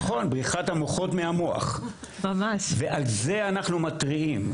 נכון, בריחת המוחות מהמוח ועל זה אנחנו מתריעים.